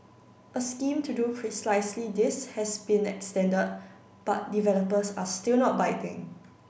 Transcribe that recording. a scheme to do precisely this has been extended but developers are still not biting